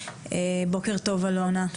בוקר טוב א' ו',